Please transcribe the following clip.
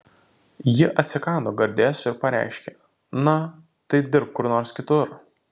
ji atsikando gardėsio ir pareiškė na tai dirbk kur nors kitur